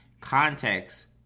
context